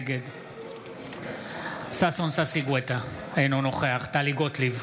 נגד ששון ששי גואטה, אינו נוכח טלי גוטליב,